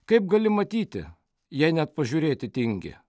kaip gali matyti jei net pažiūrėti tingi